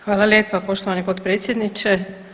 Hvala lijepa poštovani potpredsjedniče.